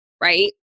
right